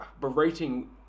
berating